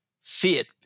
fit